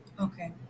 Okay